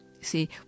See